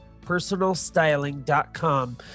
PersonalStyling.com